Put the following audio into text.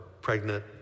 pregnant